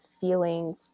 feeling